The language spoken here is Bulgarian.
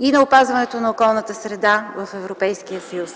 и на опазването на околната среда в Европейския съюз.